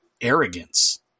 arrogance